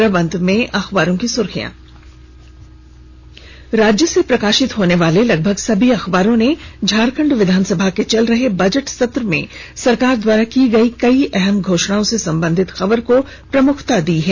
और अब अखबारों की सुर्खियां राज्य से प्रकाशित होने वाले लगभग सभी अखबारों ने झारखंड विधानसभा के चल रहे बजट सत्र में सरकार द्वारा की गई कई अहम घोषणाओं से संबंधित खबर को प्रमुखता से प्रकाशित किया है